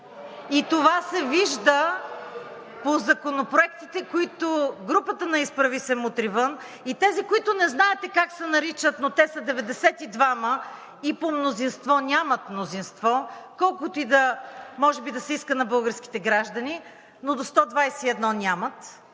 и това се вижда по законопроектите, които групата на „Изправи се! Мутри вън!“, и тези, които не знаете как се наричат, но те са 92-ма, и по мнозинство нямат мнозинство, колкото и да се иска може би на българските граждани, но до 121 нямат,